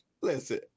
listen